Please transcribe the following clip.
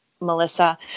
Melissa